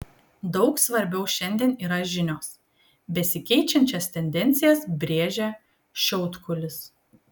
daug svarbiau šiandien yra žinios besikeičiančias tendencijas brėžia šiautkulis